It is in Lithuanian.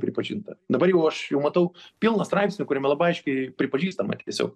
pripažinta dabar jau aš jau matau pilną straipsnį kuriame labai aiškiai pripažįstama tiesiog